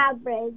average